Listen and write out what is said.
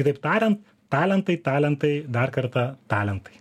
kitaip tariant talentai talentai dar kartą talentai